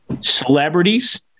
celebrities